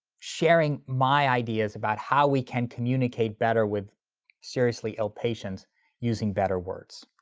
sharing my ideas about how we can communicate better with seriously ill patients using better words.